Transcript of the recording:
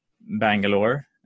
Bangalore